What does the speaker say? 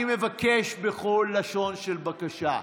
אני מבקש בכל לשון של בקשה: